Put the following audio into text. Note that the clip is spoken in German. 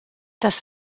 das